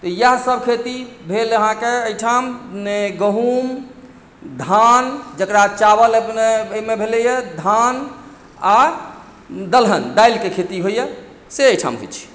तऽ इएहसभ खेती भेल अहाँके एहिठाम गहूँम धान जकरा चावल अपने एहिमे भेलैए धान आ दलहन दालिके खेती होइए से एहिठाम होइत छै